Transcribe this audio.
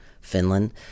Finland